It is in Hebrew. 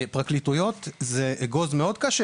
פרקליטות זה אגוז קשה מאוד.